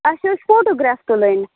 اَسہِ ٲسۍ فوٹوگراف تُلٕنۍ